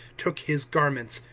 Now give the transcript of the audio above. took his garments,